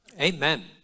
Amen